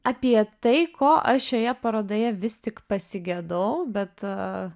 apie tai ko aš šioje parodoje vis tik pasigedau bet